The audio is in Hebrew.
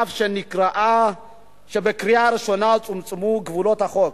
אף שבקריאה ראשונה צומצמו גבולות החוק,